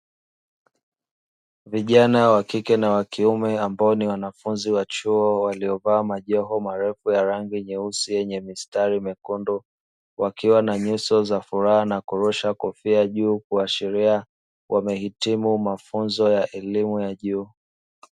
Vijana (wa kike na wa kiume) ambao ni wanafunzi wa chuo waliovaa majoho marefu ya rangi nyeusi yenye mistari mekundu, wakiwa na nyuso za furaha na kurusha kofia juu kuashiria wamehitimu mafunzo ya elimu ya juu.